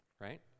right